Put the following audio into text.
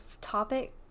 topic